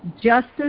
justice